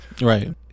Right